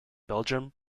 belgium